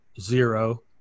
zero